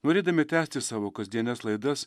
norėdami tęsti savo kasdienes laidas